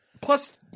Plus